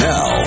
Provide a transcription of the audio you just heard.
Now